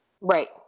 Right